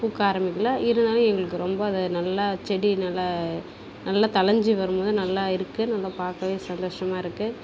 பூக்க ஆரம்மிக்கல இருந்தாலும் எங்களுக்கு ரொம்ப அது நல்லா செடி நல்லா நல்லா தழைஞ்சி வரும்போது நல்லா இருக்குது நல்லா பார்க்கவே சந்தோஷமாக இருக்குது